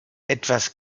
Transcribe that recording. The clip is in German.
etwas